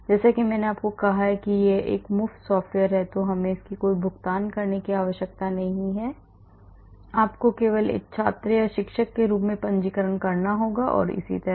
जैसा कि मैंने कहा कि यह एक मुफ्त सॉफ्टवेयर है हमें इस पर कोई भुगतान करने की आवश्यकता नहीं है आपको केवल एक छात्र या शिक्षक के रूप में पंजीकरण करना होगा और इसी तरह